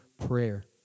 prayer